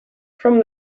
from